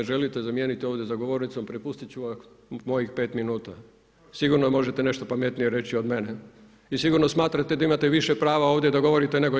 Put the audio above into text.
Ako me želite zamijeniti ovdje za govornicom prepustit ću mojih pet minuta, sigurno možete nešto pametnije reći od mene i sigurno smatrate da imate više prava ovdje da govorite nego ja.